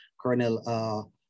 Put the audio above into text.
Colonel